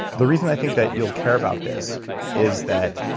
the reason i think that you'll care about this is that,